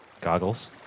Goggles